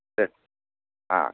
சரி ஆ